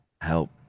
help